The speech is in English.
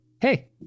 hey